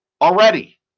already